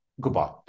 Goodbye